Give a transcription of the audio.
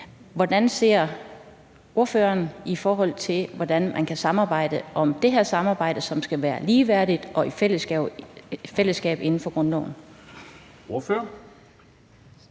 Hvordan ser ordføreren på, at man kan samarbejde om det her, som skal være ligeværdigt og i fællesskab inden for grundloven? Kl.